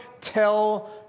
tell